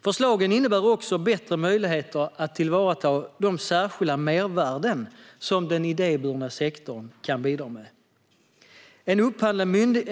Förslagen innebär också bättre möjligheter att tillvarata de särskilda mervärden som den idéburna sektorn kan bidra med.